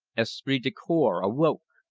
esprit de corps awoke.